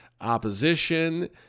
opposition